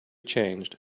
changed